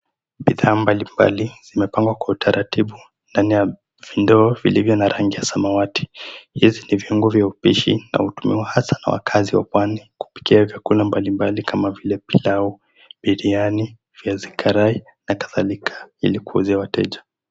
Bidhaa mbalimbali zimepangwa kwa utaratibu, ndani ya vindoo vilivyo na rangi ya samawati. Hizi ni viungo vya upishi na hutumiwa hasa na wakazi wa pwani kupikia vyakula mbalimbali kama vile pilau, biriyani, viazi karai na kadhalika ili kuuzia wateja.